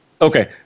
Okay